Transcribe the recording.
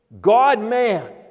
God-man